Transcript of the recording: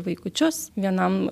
vaikučius vienam